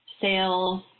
sales